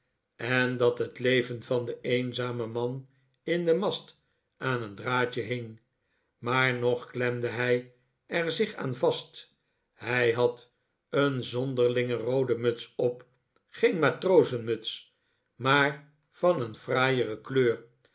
en dat het leven van den eenzamen man in den mast aan een draadje hing maar nog klemde hij er zich aan vast hij had een zonderlinge roode muts op geen matrozenmuts maar van een fraaiere kleur